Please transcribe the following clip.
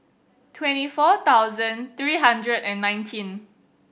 twenty four thousand three hundred and nineteen